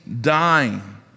dying